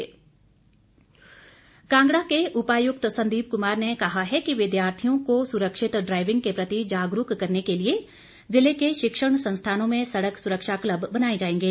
सड़क सुरक्षा कांगड़ा के उपायुक्त संदीप कुमार ने कहा है कि विद्यार्थियों को सुरक्षित ड्राईविंग के प्रति जागरूक करने के लिए जिले के शिक्षण संस्थानों में सड़क सुरक्षा क्लब बनाए जाएंगे